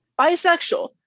Bisexual